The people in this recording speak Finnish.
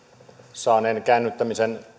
saaneen käännyttämisen